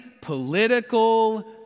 political